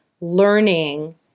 learning